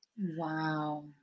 Wow